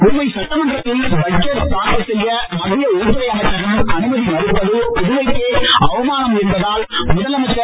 புதுவை சட்டமன்றத்தில் பட்ஜெட் தாக்கல் செய்ய மத்திய உள்துறை அமைச்சகம் அனுமதி மறுப்பது புதுவைக்கே அவமானம் என்பதால் முதலமைச்சர்